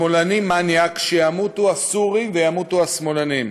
שמאלני מניאק, שימותו הסורים וימותו השמאלנים.